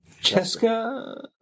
Jessica